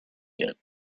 get